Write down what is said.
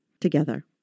together